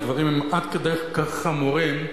הדברים הם עד כדי כך חמורים,